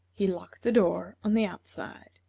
he locked the door on the outside.